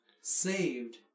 saved